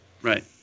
right